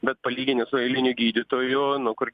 bet palygini su eiliniu gydytoju nu kur